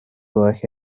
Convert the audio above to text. like